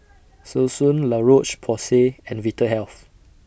Selsun La Roche Porsay and Vitahealth